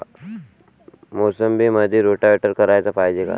मोसंबीमंदी रोटावेटर कराच पायजे का?